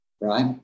Right